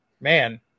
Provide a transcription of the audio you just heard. man